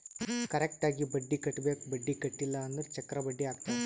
correct ಆಗಿ ಬಡ್ಡಿ ಕಟ್ಟಬೇಕ್ ಬಡ್ಡಿ ಕಟ್ಟಿಲ್ಲ ಅಂದುರ್ ಚಕ್ರ ಬಡ್ಡಿ ಹಾಕ್ತಾರ್